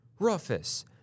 Ruffus